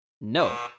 No